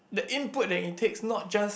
the input that it takes not just